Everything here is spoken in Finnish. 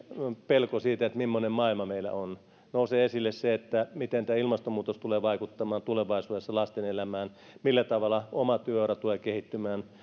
pelko siitä millainen maailma meillä on nousee esille se miten ilmastonmuutos tulee vaikuttamaan tulevaisuudessa lasten elämään ja millä tavalla oma työura tulee kehittymään